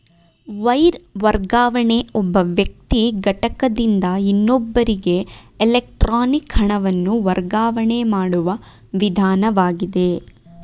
wire ವರ್ಗಾವಣೆ ಒಬ್ಬ ವ್ಯಕ್ತಿ ಘಟಕದಿಂದ ಇನ್ನೊಬ್ಬರಿಗೆ ಎಲೆಕ್ಟ್ರಾನಿಕ್ ಹಣವನ್ನು ವರ್ಗಾವಣೆ ಮಾಡುವ ವಿಧಾನವಾಗಿದೆ